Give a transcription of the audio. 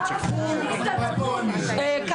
אין